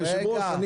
אדוני היושב-ראש,